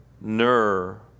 Ner